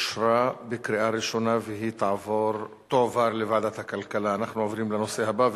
2012, לוועדת הכלכלה נתקבלה.